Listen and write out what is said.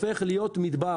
הופך להיות מדבר.